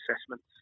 assessments